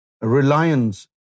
reliance